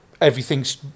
everything's